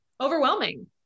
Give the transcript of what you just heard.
overwhelming